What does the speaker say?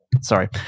Sorry